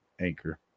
Anchor